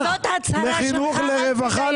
לרווחה,